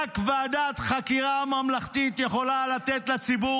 רק ועדת חקירה ממלכתית יכולה לתת לציבור